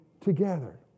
together